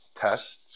tests